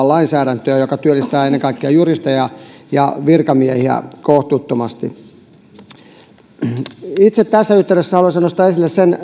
lainsäädäntöä joka työllistää ennen kaikkea juristeja ja virkamiehiä kohtuuttomasti itse tässä yhteydessä haluaisin nostaa esille sen